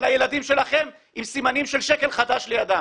הילדים שלכם עם סימנים של שקל חדש לידם.